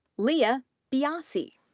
leah biasi,